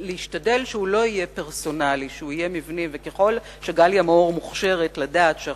זה לא על פרסונה כזאת או אחרת, זה על שלטון